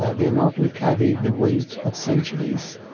ah they not only carry the weight of centuries,